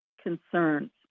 concerns